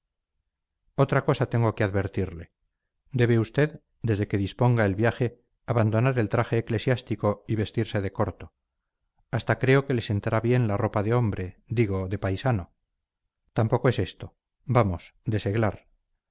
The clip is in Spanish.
otra cosa tengo que advertirle debe usted desde que disponga el viaje abandonar el traje eclesiástico y vestirse de corto hasta creo que le sentará bien la ropa de hombre digo de paisano tampoco es esto vamos